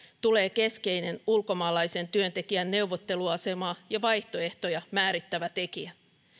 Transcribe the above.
tulee keskeinen ulkomaalaisen työntekijän neuvotteluasemaa ja vaihtoehtoja määrittävä tekijä